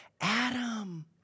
Adam